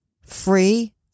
free